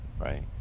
right